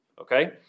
Okay